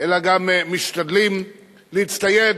אלא גם משתדלים להצטייד